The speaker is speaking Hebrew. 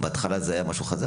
בהתחלה זה היה משהו חזק,